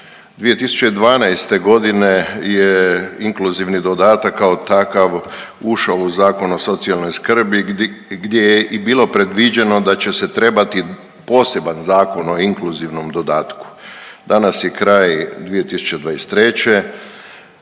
2012. godine je inkluzivni dodatak kao takav ušao u Zakon o socijalnoj skrbi gdje je i bilo predviđeno da će se trebati poseban Zakon o inkluzivnom dodatku. Danas je kraj 2023., dakle